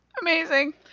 Amazing